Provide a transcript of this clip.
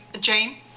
Jane